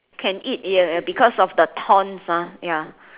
can eat ya because of the thorns ah ya